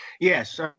Yes